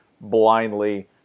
blindly